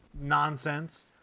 nonsense